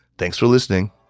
thanks for listening!